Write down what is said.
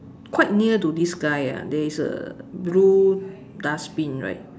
quite near to this guy ah there's a blue dustbin right